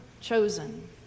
chosen